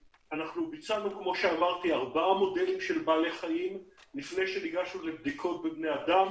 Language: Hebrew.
ביצענו ארבעה מודלים של בעלי חיים לפני שניגשנו לבדיקות בבני אדם.